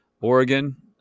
oregon